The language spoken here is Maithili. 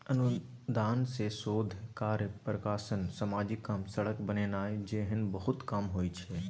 अनुदान सँ शोध कार्य, प्रकाशन, समाजिक काम, सड़क बनेनाइ जेहन बहुते काम होइ छै